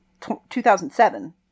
2007